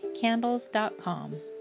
Candles.com